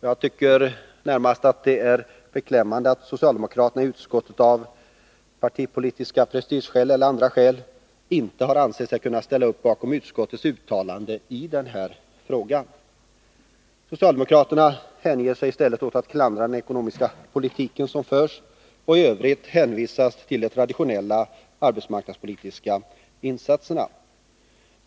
Jag tycker det är närmast beklämmande att socialdemokraterna i utskottet av partipolitiska prestigeskäl, eller andra skäl, inte har ansett sig kunna ställa sig bakom utskottets uttalande i den här frågan. Socialdemokraterna hänger sig i stället åt att klandra den ekonomiska politik som förs och i övrigt hänvisa till de traditionella arbetsmarknadspolitiska insatserna.